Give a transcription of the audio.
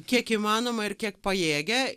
kiek įmanoma ir kiek pajėgia